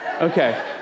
Okay